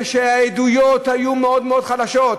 כשהעדויות היו מאוד מאוד חלשות,